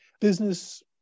business